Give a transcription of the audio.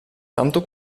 tanto